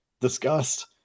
discussed